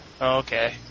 Okay